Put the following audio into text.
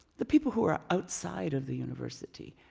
the people who are outside of the university,